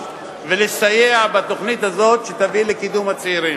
ולסייע בתוכנית הזאת שתביא לקידום הצעירים.